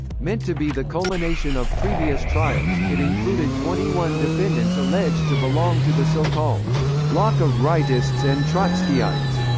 meant to be the culmination of previous trials it included twenty one defendants alleged to belong to the so-called bloc of rightists and trotskyites,